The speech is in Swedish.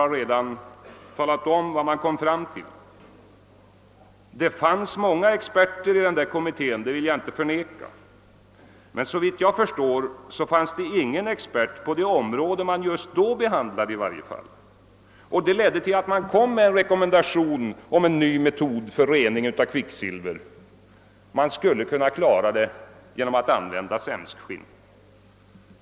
Jag vill inte förneka att det fanns många experter i den där kommittén, men såvitt jag förstår fanns ingen expert på det område man just då behandlade, och det ledde till att man kom med: en rekommendation om en ny metod:för rening av kvicksilver. Man skulle kunna klara det genom att använda sämskskinn.